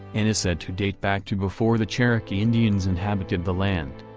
and is said to date back to before the cherokee indians inhabited the land.